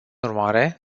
urmare